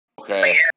Okay